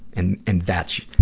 and, and that's,